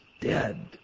dead